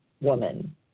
woman